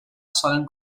solen